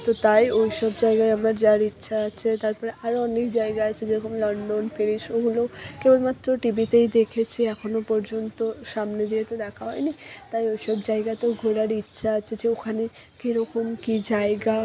তো তাই ওই সব জায়গায় আমার যাওয়ার ইচ্ছা আছে তার পরে আরও অনেক জায়গা আছে যেরকম লন্ডন প্যারিস ওগুলো কেবলমাত্র টিভিতেই দেখেছি এখনও পর্যন্ত সামনে যেয়ে তো দেখা হয়নি তাই ওই সব জায়গাতেও ঘোরার ইচ্ছা আছে যে ওখানে কীরকম কী জায়গা